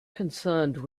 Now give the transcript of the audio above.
concerned